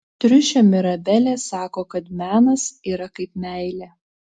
triušė mirabelė sako kad menas yra kaip meilė